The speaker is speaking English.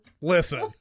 listen